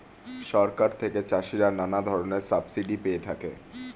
সরকার থেকে চাষিরা নানা ধরনের সাবসিডি পেয়ে থাকে